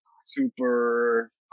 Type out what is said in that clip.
super